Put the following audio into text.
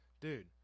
dude